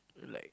like